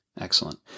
Excellent